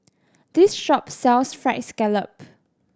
this shop sells Fried Scallop